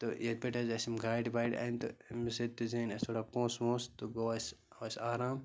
تہٕ ییٚتہِ پٮ۪ٹھ حظ اَسہِ یِم گاڑِ واڑِ اَنہِ تہٕ اَمۍ سۭتۍ تہِ زیٖن اَسہِ تھوڑا پونٛسہٕ وونٛسہٕ تہٕ گوٚو اَسہِ آو اَسہِ آرام